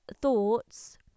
thoughts